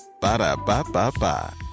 Ba-da-ba-ba-ba